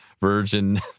Virgin